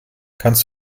kannst